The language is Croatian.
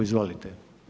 Izvolite.